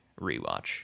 rewatch